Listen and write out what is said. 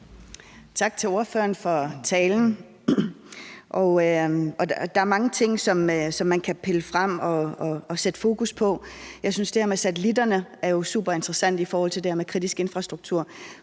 Tak til ordføreren for talen. Der er mange ting, som man kan pille frem og sætte fokus på. Jeg synes, at det her med satellitterne jo er superinteressant i forhold til det her om kritisk infrastruktur,